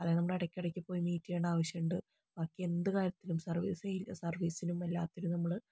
അതായത് നമ്മൾ ഇടയ്ക്കിടയ്ക്ക് പോയി മീറ്റ് ചെയ്യേണ്ട ആവശ്യമുണ്ട് ബാക്കി എന്ത് കാര്യത്തിനും സർവീസ് സർവീസിനും എല്ലാത്തിനും നമ്മൾ